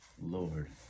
Lord